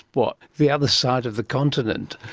what, the other side of the continent,